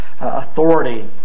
authority